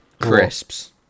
Crisps